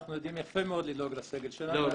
אנחנו יודעים יפה מאוד לדאוג לסגל שלנו.